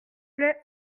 plait